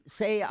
say